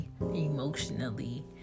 emotionally